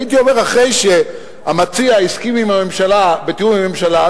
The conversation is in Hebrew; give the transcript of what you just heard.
הייתי אומר שאחרי שהמציע הסכים על תיאום עם הממשלה,